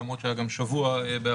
למרות שהיה גם שבוע באפריל.